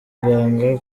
muganga